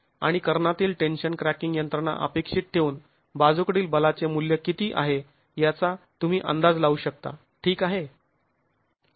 आणि कर्णातील tension cracking यंत्रणा अपेक्षित ठेवून बाजूकडील बलाचे मूल्य किती आहे याचा तुम्ही अंदाज लावू शकता ठीक आहे